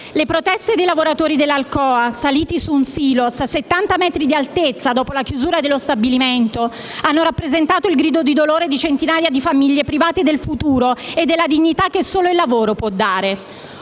Le proteste di lavoratori dell'Alcoa saliti su un silos a 70 metri di altezza, dopo la chiusura dello stabilimento, hanno rappresentato il grido di dolore di centinaia di famiglie private del futuro e della dignità che solo il lavoro può dare: